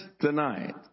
tonight